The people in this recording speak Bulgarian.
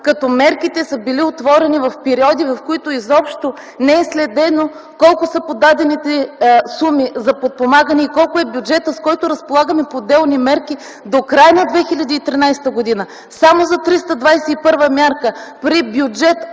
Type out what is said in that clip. като мерките са били отворени в периоди, в които изобщо не е следено колко са подадените суми за подпомагане и колко е бюджетът, с който разполагаме по отделни мерки до края на 2013 г. Само за 321-а мярка при бюджет